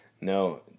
No